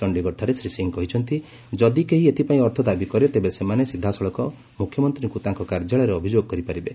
ଚଣ୍ଡୀଗଡ଼ଠାରେ ଶ୍ରୀ ସିଂ କହିଛନ୍ତି ଯଦି କେହି ଏଥିପାଇଁ ଅର୍ଥ ଦାବି କରେ ତେବେ ସେମାନେ ସିଧାସଳଖ ମୁଖ୍ୟମନ୍ତ୍ରୀଙ୍କୁ ତାଙ୍କ କାର୍ଯ୍ୟାଳୟରେ ଅଭିଯୋଗ କରିପାରିବେ